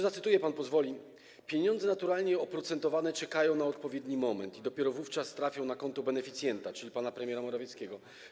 Zacytuję, pan pozwoli: „Pieniądze, naturalnie oprocentowane, czekają na odpowiedni moment i dopiero wówczas trafią na konto beneficjenta, czyli pana premiera Morawieckiego.